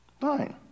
fine